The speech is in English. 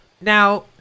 Now